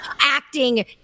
acting